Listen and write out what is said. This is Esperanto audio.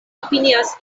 opinias